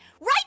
right